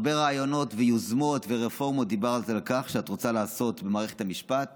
דיברת על הרבה רעיונות ויוזמות ורפורמות שאת רוצה לעשות במערכת המשפט